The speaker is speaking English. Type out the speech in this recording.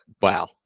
Wow